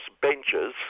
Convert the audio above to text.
benches